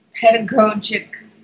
pedagogic